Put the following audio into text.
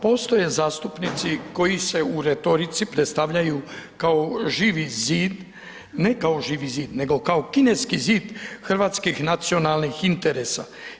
Postoje zastupnici, koji se u retorici predstavljaju kao Živi zid, ne kao Živi zid, nego kao Kineski zid hrvatskih nacionalnih interesa.